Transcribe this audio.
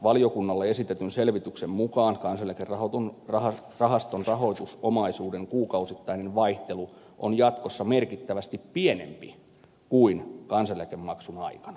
valiokunnalle esitetyn selvityksen mukaan kansaneläkerahaston rahoitusomaisuuden kuukausittainen vaihtelu on jatkossa merkittävästi pienempi kuin kansaneläkemaksun aikana